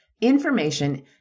Information